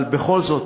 אבל בכל זאת,